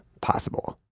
possible